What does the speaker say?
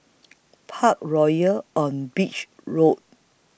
Parkroyal on Beach Road